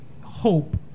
hope